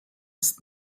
ist